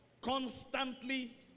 constantly